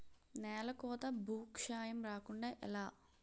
నేలకోత భూక్షయం రాకుండ ఎలా?